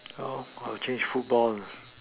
how I will change football